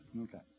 Okay